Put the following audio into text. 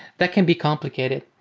that can be complicated.